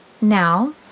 Now